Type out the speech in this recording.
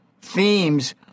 themes